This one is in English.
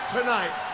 tonight